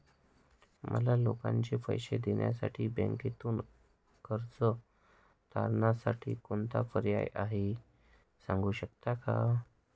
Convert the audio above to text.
मला लोकांचे पैसे देण्यासाठी बँकेतून कर्ज तारणसाठी कोणता पर्याय आहे? सांगू शकता का?